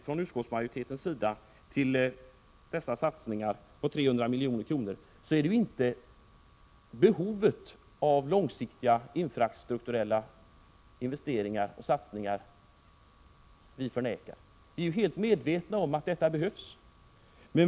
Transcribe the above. Då utskottet har sagt nej till ett ospecificerat anslag om 300 milj.kr., innebär ju inte detta att vi förnekar behovet av satsningar på en bättre infrastruktur. Vi är fullt medvetna om att detta behövs.